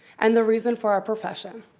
and the reason for our profession.